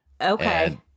Okay